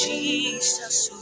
Jesus